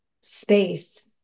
space